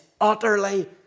utterly